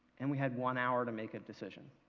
and we had one hour to make a decision.